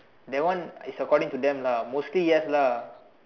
that one is according to them lah mostly yes lah